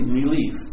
relief